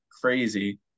crazy